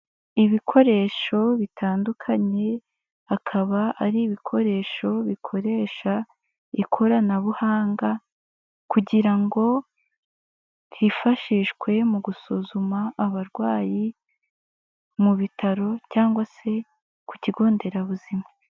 Ibikoresho bitandukanye, akaba ari ibikoresho bikoresha ikoranabuhanga kugira ngo hifashishwe mu gusuzuma abarwayi, mu bitaro cyangwa se ku kigo nderabuzima.